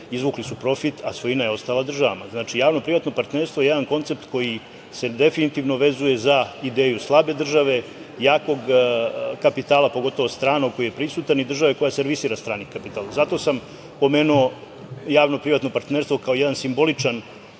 Izvukli su profit a svojina je ostala državama. Znači, javno-privatno partnerstvo je jedan koncept koji se definitivno vezuje za ideju slabe države, jakog kapitala, pogotovo stranog koji je prisutan i države koja servisira strani kapital. Zato sam pomenuo javno-privatno partnerstvo kao jedan simboličan